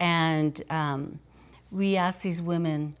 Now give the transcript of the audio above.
and we ask these women